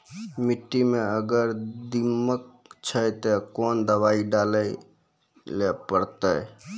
मिट्टी मे अगर दीमक छै ते कोंन दवाई डाले ले परतय?